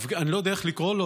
אני לא יודע איך לקרוא לו,